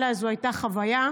02:00. זו הייתה חוויה,